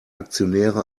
aktionäre